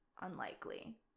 unlikely